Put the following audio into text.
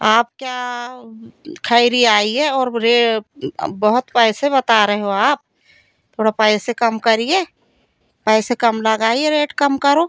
आप क्या खैरी आइए और वो अब बहुत पैसे बता रहे हो आप थोड़ा पैसे कम करिए पैसे कम लगाइए रेट कम करो